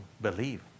believe